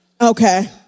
Okay